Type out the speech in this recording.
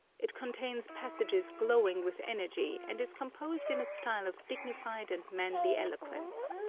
it contains passages glow ing with energy, and is composed in a style of dignified and manly eloquence.